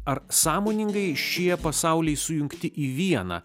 ar sąmoningai šie pasauliai sujungti į vieną